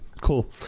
cool